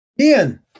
Ian